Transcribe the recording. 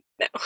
no